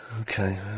Okay